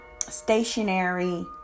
stationary